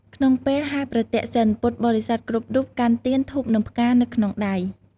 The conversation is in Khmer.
ក្នុងពេលហែរប្រទក្សិណ ពុទ្ធបរិស័ទគ្រប់រូបកាន់ទៀន ធូប និងផ្កានៅក្នុងដៃ។